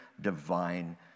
divine